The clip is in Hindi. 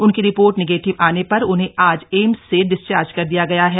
उनकी रिपोर्ट नेगेटिव आने पर उन्हें आज एम्स से डिस्चार्ज कर दिया गया है